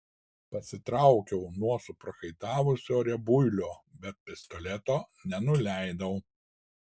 pasitraukiau nuo suprakaitavusio riebuilio bet pistoleto nenuleidau